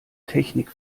technik